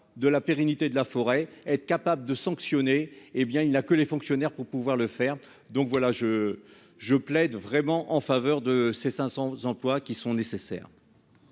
de la pérennité de la forêt, être capable de sanctionner, hé bien il n'a que les fonctionnaires pour pouvoir le faire, donc voilà je je plaide vraiment en faveur de ces 500 emplois qui sont nécessaires.